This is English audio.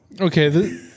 Okay